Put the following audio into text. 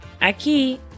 Aquí